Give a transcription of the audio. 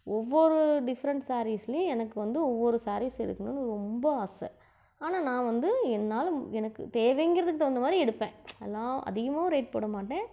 ஒவ்வொரு டிஃப்ரெண்ட் ஸாரீஸ்லையும் எனக்கு வந்து ஒவ்வொரு ஸாரீஸ் எடுக்கணும்னு ரொம்ப ஆசை ஆனால் நான் வந்து என்னால் எனக்கு தேவைங்கிறதுக்கு தகுந்த மாதிரி எடுப்பேன் அதெலாம் அதிகமாகவும் ரேட் போட மாட்டேன்